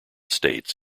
states